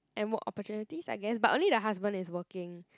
and work opportunities I guess but only the husband is working